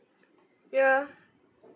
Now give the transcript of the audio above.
ya